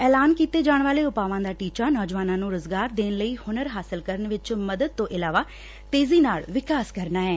ਐਲਾਨੇ ਕੀਤੇ ਜਾਣ ਵਾਲੇ ਉਪਾਵਾਂ ਦਾ ਟੀਚਾ ਨੌਜਵਾਨਾਂ ਨੁੰ ਰੁਜ਼ਗਾਰ ਦੇਣ ਲਈ ਹੁਨਰ ਹਾਸਲ ਕਰਨ ਵਿਚ ਮਦਦ ਤੋਂ ਇਲਾਵਾ ਤੇਜ਼ੀ ਨਾਲ ਵਿਕਾਸ ਕਰਨਾ ਐ